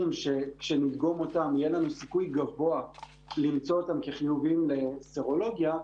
שכשנדגום אותם יהיה לנו סיכוי גבוה למצוא אותם כחיוביים לסרולוגיה,